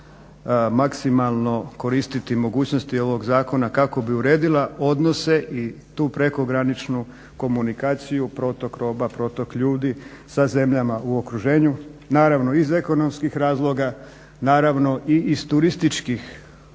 treba maksimalno koristiti mogućnosti ovog zakona kako bi uredila odnose i tu prekograničnu komunikaciju, protok roba, protok ljudi sa zemljama u okruženju naravno iz ekonomskih razloga, naravno i iz turističkih, dakle